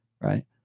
right